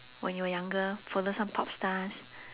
when you were younger follow some pop stars